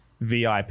VIP